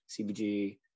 CBG